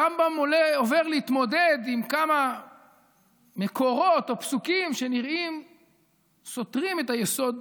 הרמב"ם עובר להתמודד עם כמה מקורות או פסוקים שנראים סותרים את היסוד.